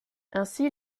ainsi